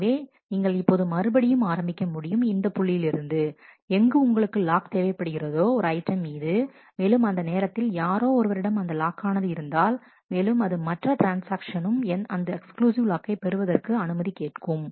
எனவே நீங்கள் இப்போது மறுபடியும் ஆரம்பிக்க முடியும் இந்த புள்ளியிலிருந்து எங்கு உங்களுக்கு லாக் தேவைப்படுகிறதோ ஒரு ஐட்டம் மீது மேலும் அந்த நேரத்தில் யாரோ ஒருவரிடம் அந்த லாக் ஆனது இருந்தால் மேலும் அது மற்ற ட்ரான்ஸ்ஆக்ஷனும் அந்த எக்ஸ்க்ளூசிவ் லாக்கை பெறுவதற்கு அனுமதி கேட்கும்